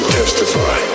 testify